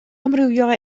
amrywio